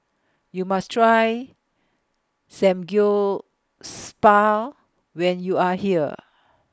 YOU must Try Samgyeospal when YOU Are here